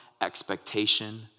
expectation